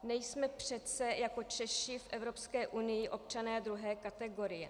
Nejsme přece jako Češi v Evropské unii občané druhé kategorie.